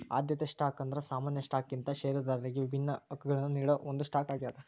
ಆದ್ಯತೆ ಸ್ಟಾಕ್ ಅಂದ್ರ ಸಾಮಾನ್ಯ ಸ್ಟಾಕ್ಗಿಂತ ಷೇರದಾರರಿಗಿ ವಿಭಿನ್ನ ಹಕ್ಕಗಳನ್ನ ನೇಡೋ ಒಂದ್ ಸ್ಟಾಕ್ ಆಗ್ಯಾದ